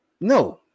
No